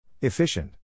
Efficient